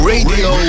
Radio